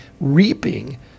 reaping